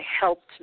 helped